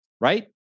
Right